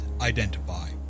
identify